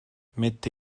mette